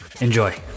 Enjoy